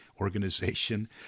organization